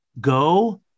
Go